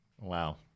Wow